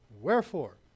Wherefore